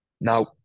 Now